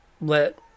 Let